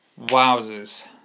Wowzers